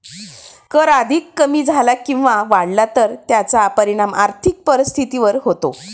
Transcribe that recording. कर अधिक कमी झाला किंवा वाढला तर त्याचा परिणाम आर्थिक परिस्थितीवर होतो